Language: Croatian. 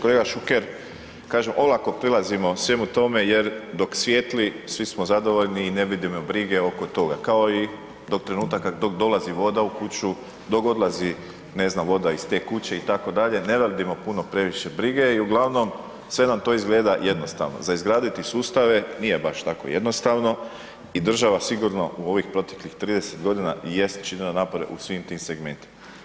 Kolega Šuker, kažem olako prilazimo svemu tome jer dok svijetli svi smo zadovoljni i ne vidimo brige oko toga, kao i do trenutaka dok dolazi voda u kuću, dok odlazi ne znam voda iz te kuće itd., ne vodimo puno previše brige i uglavnom sve nam to izgleda jednostavno, za izgraditi sustave nije baš tako jednostavno i država sigurno u ovih proteklih 30.g. jest činila napore u svim tim segmentima.